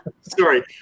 Sorry